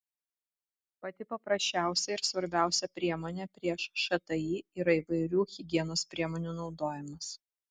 pati paprasčiausia ir svarbiausia priemonė prieš šti yra įvairių higienos priemonių naudojimas